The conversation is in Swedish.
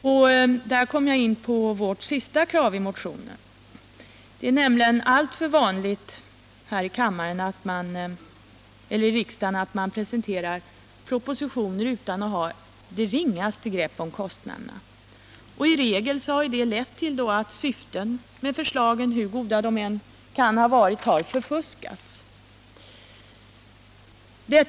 Därmed kommer jag in på vårt sista krav i motionen. Det är nämligen alltför vanligt att det här i riksdagen presenteras propositioner utan att man har det ringaste grepp om kostnaderna. I regel har det lett till att syftena med förslagen — hur goda dessa än kan ha varit — har förfuskats.